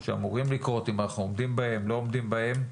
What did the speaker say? שאמורים לקרות, אם אנו עומדים בהם, לא עומדים בהם.